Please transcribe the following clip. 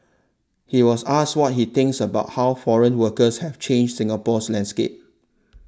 he was asked what he thinks about how foreign workers have changed Singapore's landscape